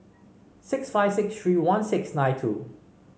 six five six three one six nine two